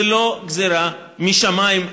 זה לא גזרה משמיים,